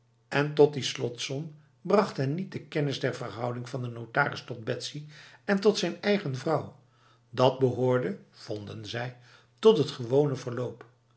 en tot die slotsom bracht hen niet de kennis der verhouding van de notaris tot betsy en tot zijn eigen vrouw dat behoorde vonden zij tot het gewone verloop